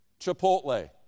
Chipotle